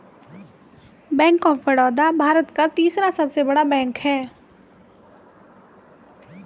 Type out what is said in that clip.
bank of Baroda Bharat का तीसरा सबसे बड़ा बैंक हैं